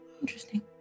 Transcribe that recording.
Interesting